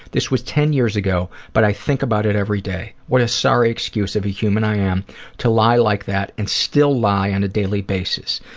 this was ten years ago, but i think about it every day. what a sorry excuse of a human i am to lie like that and still lie on a daily basis.